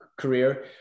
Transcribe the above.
career